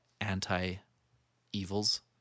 anti-evils